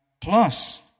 plus